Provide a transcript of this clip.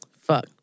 Fuck